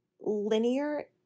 linear